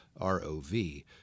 ROV